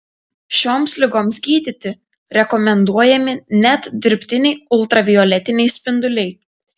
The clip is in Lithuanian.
šioms ligoms gydyti rekomenduojami net dirbtiniai ultravioletiniai spinduliai